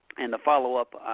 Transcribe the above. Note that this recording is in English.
and the follow-up